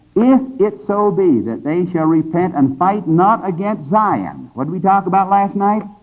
if it so be that they shall repent and fight not against zion what did we talk about last night?